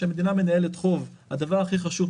כשמדינה מנהלת חוב הדבר הכי חשוב,